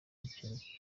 giceri